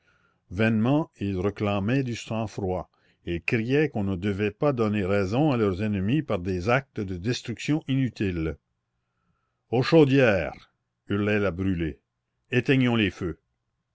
vainement il réclamait du sang-froid il criait qu'on ne devait pas donner raison à leurs ennemis par des actes de destruction inutile aux chaudières hurlait la brûlé éteignons les feux